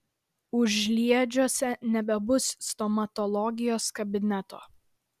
užliedžiuose nebebus stomatologijos kabineto